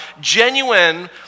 genuine